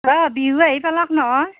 অঁ বিহু আহি পালাক নহয়